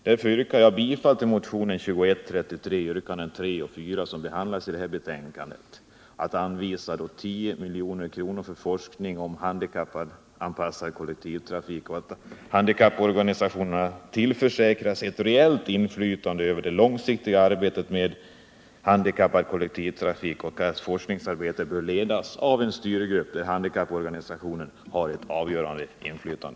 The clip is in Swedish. Därför yrkar jag bifall till motionen 2133, yrkandena 3 och 4, som behandlas i detta betänkande och som innebär att 10 milj.kr. anvisas till forskning om handikappanpassad kollektivtrafik, att handikapporganisationerna tillförsäkras ett reellt inflytande över det långsiktiga arbetet med handikappanpassad kollektivtrafik samt att forskningsarbetet bör ledas av en styrgrupp där handikapporganisationerna har ett avgörande inflytande.